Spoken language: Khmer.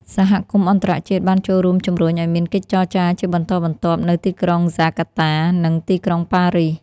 សហគមន៍អន្តរជាតិបានចូលរួមជំរុញឱ្យមានកិច្ចចរចាជាបន្តបន្ទាប់នៅទីក្រុងហ្សាកាតា និងទីក្រុងប៉ារីស